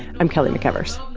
i'm kelly mcevers